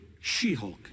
She-Hulk